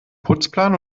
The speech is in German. putzplan